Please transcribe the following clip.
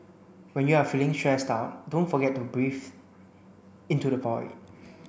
when you are feeling stressed out don't forget to breathe into the void